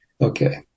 Okay